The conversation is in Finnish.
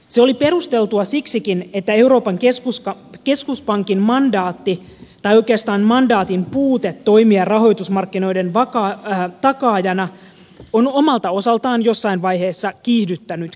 se oli perusteltua siksikin että euroopan keskuspankin mandaatti tai oikeastaan mandaatin puute toimia rahoitusmarkkinoiden takaajana on omalta osaltaan jossain vaiheessa kiihdyttänyt kriisiä